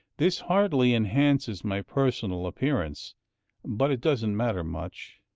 this hardly enhances my personal appearance but it doesn't matter much,